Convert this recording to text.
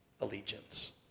allegiance